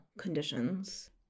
Conditions